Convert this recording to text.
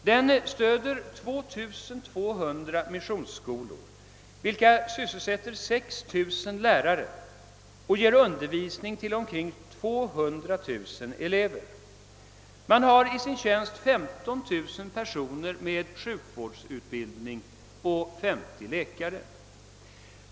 Den stöder 2 200 missionsskolor, vilka sysselsätter 6 000 lärare och ger undervisning till omkring 200 000 elever. Man har i sin tjänst 1500 personer med sjukvårdsutbildning och 50 läkare.